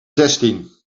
zestien